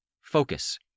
Focus